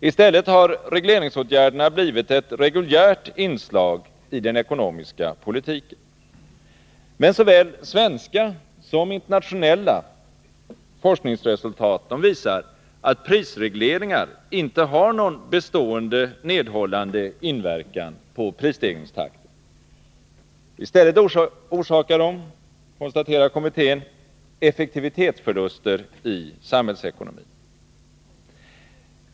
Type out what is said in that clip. I stället har regleringsåtgärderna blivit ett reguljärt inslag i den ekonomiska politiken. Men såväl svenska som internationella forskningsresultat visar att prisregleringar inte har någon bestående nedhållande inverkan på prisstegringstakten. I stället orsakar de, konstaterar kommittén, effektivitetsförluster i samhällsekonomin.